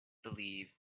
believed